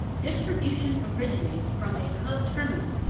distribution originates from a hub terminal,